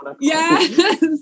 yes